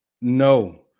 No